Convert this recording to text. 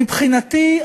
מבחינתי,